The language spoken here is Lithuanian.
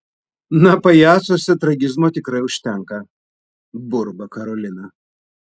na pajacuose tragizmo tikrai užtenka burba karolina